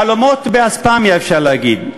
חלומות באספמיה, אפשר להגיד.